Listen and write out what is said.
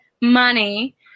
money